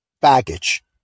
baggage